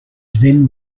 then